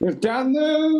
ir ten